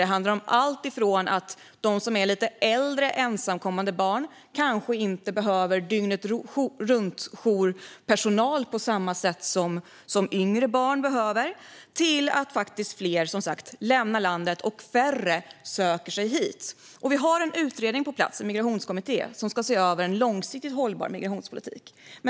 Det handlar om allt från att lite äldre ensamkommande barn kanske inte behöver jourpersonal dygnet runt på samma sätt som yngre barn gör till att fler lämnar landet och färre söker sig hit. Vi har en utredning på plats, en migrationskommitté, som ska se över en långsiktigt hållbar migrationspolitik.